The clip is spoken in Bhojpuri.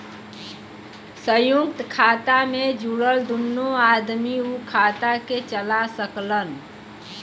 संयुक्त खाता मे जुड़ल दुन्नो आदमी उ खाता के चला सकलन